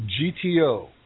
GTO